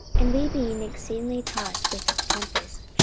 and we being exceedingly tossed with a tempest,